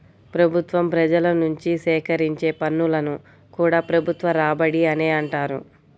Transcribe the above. ప్రభుత్వం ప్రజల నుంచి సేకరించే పన్నులను కూడా ప్రభుత్వ రాబడి అనే అంటారు